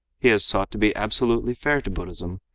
he has sought to be absolutely fair to buddhism,